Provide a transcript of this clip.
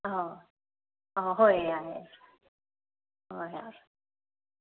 ꯑꯥ ꯑꯥ ꯍꯣꯏ ꯌꯥꯏꯌꯦ ꯍꯣꯏ ꯍꯣꯏ